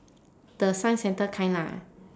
the science centre kind lah